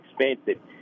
expensive